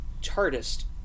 chartist